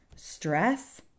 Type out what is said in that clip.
Stress